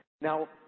Now